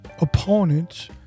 opponents